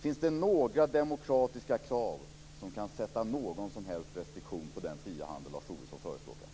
Finns det några demokratiska krav som kan sätta någon som helst restriktion på den frihandel som Lars Tobisson förespråkar?